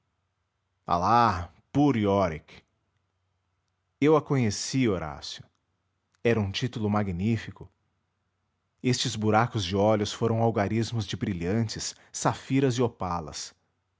poor yorick eu a conheci horácio era um título magnífico estes buracos de olhos foram algarismos de brilhantes safiras e opalas